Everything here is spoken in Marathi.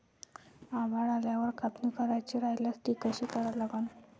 आभाळ आल्यावर कापनी करायची राह्यल्यास ती कशी करा लागन?